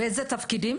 באיזה תפקידים?